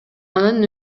анын